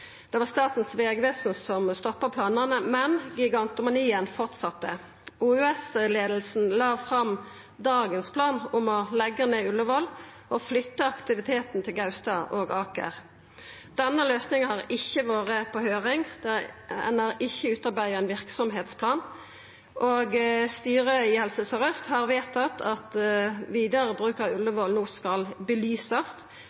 Det var Statens vegvesen som stoppa planane, men gigantomanien heldt fram. Leiinga i OUS la fram dagens plan om å leggja ned Ullevål og flytta aktiviteten til Gaustad og Aker. Denne løysinga har ikkje vore på høyring. Ein har ikkje utarbeidd ein verksemdsplan, og styret i Helse Sør-Øst har vedteke at vidare bruk av